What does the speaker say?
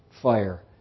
fire